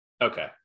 Okay